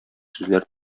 сүзләр